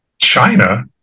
china